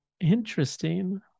interesting